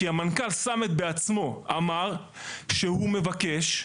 כי המנכ"ל סמט בעצמו אמר שהוא מבקש,